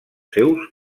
seus